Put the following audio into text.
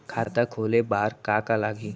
खाता खोले बार का का लागही?